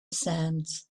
sands